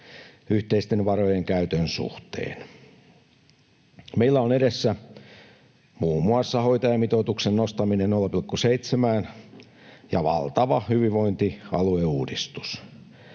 yhteisten varojen käytön suhteen. Meillä on edessä muun muassa hoitajamitoituksen nostaminen 0,7:ään ja valtava hyvinvointialueuudistus.